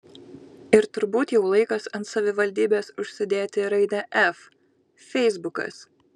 ir turbūt jau laikas ant savivaldybės užsidėti raidę f feisbukas